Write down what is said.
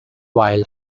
wild